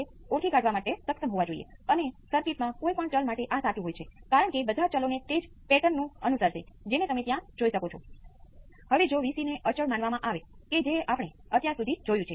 તો ચાલો કહીએ કે રિસ્પોન્સ V c 1 થી V p cos ω t ϕ છે અને રિસ્પોન્સ V c 2 થી V p sin ω t ϕ છે અને આમ જો મારી પાસે V p × alpha cos ω t ϕ beta × sin ω t ϕ છે